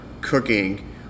cooking